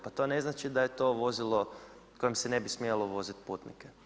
Pa to ne znači da je to vozilo kojim se ne bi smjelo voziti putnike.